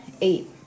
eight